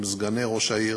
עם סגני ראש העיר,